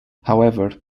however